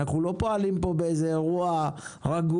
אנחנו לא פועלים פה באיזה אירוע רגוע.